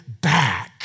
back